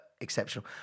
exceptional